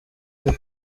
cyo